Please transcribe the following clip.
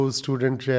student